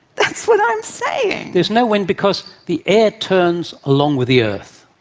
that's what i'm saying. there's no wind because the air turns along with the earth.